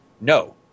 no